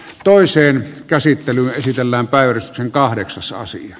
toiseen käsittelyyn esitellään väyrysten kahdeksasosia